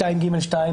תקנה 2ג(2),